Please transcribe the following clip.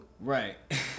Right